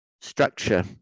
structure